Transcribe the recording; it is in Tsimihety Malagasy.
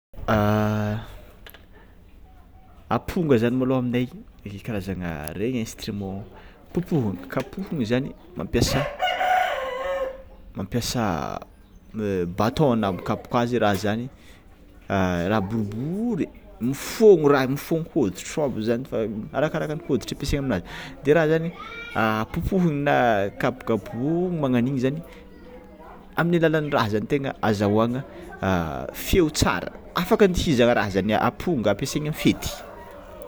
Amponga zany môlô aminay karazagna regny instrument popohagna kapohona zany mampiasa mampiasa baton hanapokapoka azy raha zany raha boribory mifôgno raha mifôgno hoditr'ômby zany fa arakaraka ny hoditry ampiasaina aminazy de raha zany popohina na kapokapohiny magnan'igny amin'ny alalan'ny raha zany tegna ahazoana feo tsara afaka andihizagna raha zany amponga ampiasaigna amy fety.